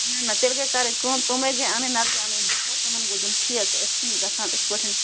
نہ نہ تیٚلہِ گٔے کَرٕنۍ کٲم تِمے گٔے اَنٕنۍ نَتہٕ گٔے اَنٕنۍ بِہٲر تمن گوٚو دیُن ٹھیٚکہٕ أسۍ چھِ نہٕ گَژھان یِتھ پٲٹھۍ کِہیٖنۍ